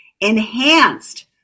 enhanced